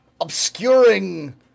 obscuring